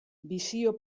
bisio